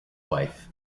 wife